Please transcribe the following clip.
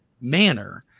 manner